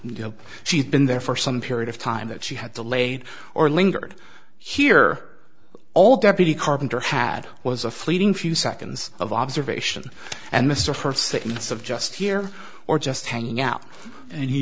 you know she'd been there for some period of time that she had delayed or lingered here all deputy carpenter had was a fleeting few seconds of observation and mr her sickness of just here or just hanging out and